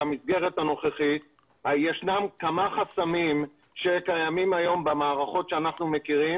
במסגרת הנוכחית ישנם כמה חסמים שקיימים היום במערכות שאנחנו מכירים